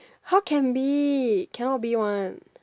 how can be cannot be one